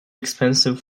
expensive